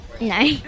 No